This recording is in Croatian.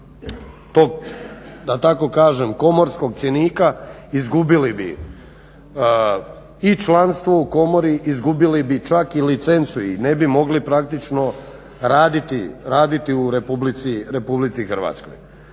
da tako kažem komorskog cjenika, izgubili bi i članstvo u komori, izgubili bi čak i licencu i ne bi mogli praktično raditi u Republici Hrvatskoj.